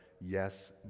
yes